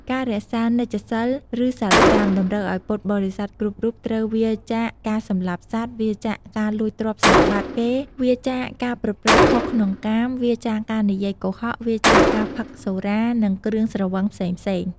ការរក្សានិច្ចសីល ឬសីល ៥ តម្រូវឲ្យពុទ្ធបរិស័ទគ្រប់រូបត្រូវ វៀរចាកការសម្លាប់សត្វ វៀរចាកការលួចទ្រព្យសម្បត្តិគេ វៀរចាកការប្រព្រឹត្តខុសក្នុងកាម វៀរចាកការនិយាយកុហក វៀរចាកការផឹកសុរា និងគ្រឿងស្រវឹងផ្សេងៗ។